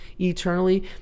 eternally